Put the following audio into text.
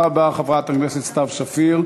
תודה רבה, חברת הכנסת סתיו שפיר.